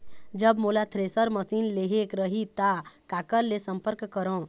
जब मोला thresher machine लेहेक रही ता काकर ले संपर्क करों?